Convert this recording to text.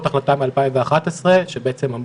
ודרושים מסלולי הכשרה אוניברסליים שמתאימים גם למי שלא שירתו.